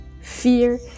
Fear